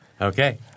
Okay